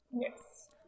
Yes